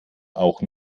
auch